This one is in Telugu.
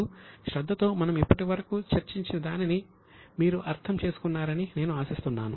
మీరు శ్రద్ధతో మనం ఇప్పటివరకు చర్చించినదానిని మీరు అర్థం చేసుకున్నారని నేను ఆశిస్తున్నాను